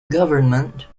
government